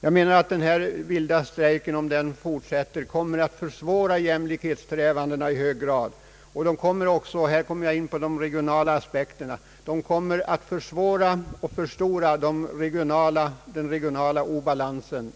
Om de vilda strejkerna fortsätter, kommer de att försvåra en lösning av jämlikhetsfrågorna. De kommer också att förstora och försvåra den regionala obalansen.